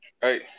Hey